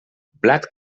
blat